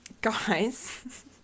Guys